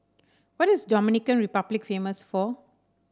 what is Dominican Republic famous for